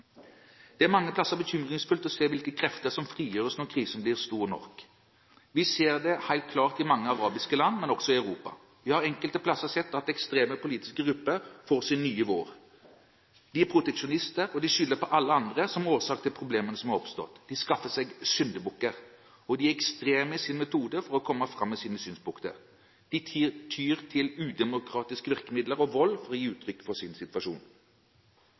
Det er mange steder bekymringsfullt å se hvilke krefter som frigjøres når krisen blir stor nok. Vi ser det helt klart i mange arabiske land, men også i Europa. Vi har enkelte steder sett at ekstreme politiske grupper får sin nye vår. De er proteksjonister, og de skylder på alle andre som årsak til problemene som har oppstått. De skaffer seg syndebukker, og de er ekstreme i sin metode for å komme fram med sine synspunkter. De tyr til udemokratiske virkemidler og vold for å gi uttrykk for sin situasjon.